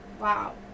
Wow